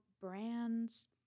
brands